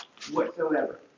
whatsoever